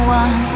one